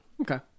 okay